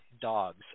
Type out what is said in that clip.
dogs